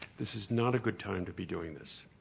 this is not a good time to be doing this.